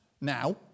now